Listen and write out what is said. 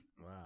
Wow